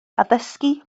addysgu